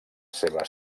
seva